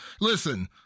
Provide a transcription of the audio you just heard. listen